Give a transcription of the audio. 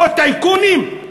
עוד טייקונים?